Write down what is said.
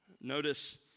Notice